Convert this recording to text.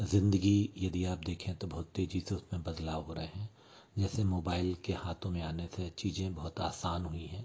ज़िंदगी यदि आप देखें तो बहुत तेज़ि से उस में बदलाव हो रहे हैं जैसे मोबाइल के हाथों में आने से चीज़ें बहुत आसान हुई हैं